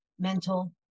Mental